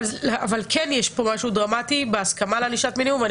אבל כן יש פה משהו דרמטי בהסכמה לענישת מינימום ואני